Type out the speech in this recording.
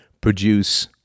produce